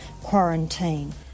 quarantine